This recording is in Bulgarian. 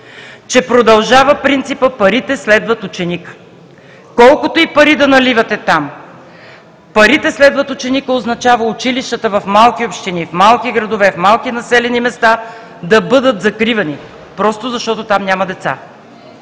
че продължава принципът: парите следват ученика. Колкото и пари да наливате там, „парите следват ученика“ означава училищата в малки общини, в малки градове, в малки населени места да бъдат закривани, защото там няма деца.